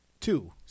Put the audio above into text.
Two